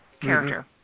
character